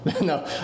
No